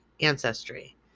ancestry